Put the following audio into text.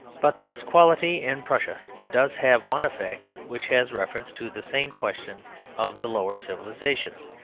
but this quality in prussia does have one effect which has reference to the same question of the lower civilisations.